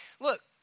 Look